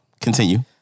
continue